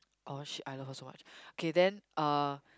oh shit I love her so much K then uh